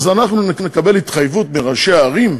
אז אנחנו נקבל התחייבות מראשי הערים.